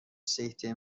سکته